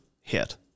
hit